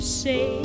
say